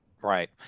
Right